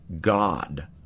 God